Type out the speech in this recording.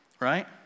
Right